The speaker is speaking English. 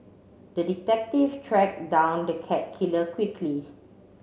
the detective tracked down the cat killer quickly